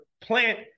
plant